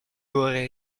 aurais